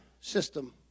system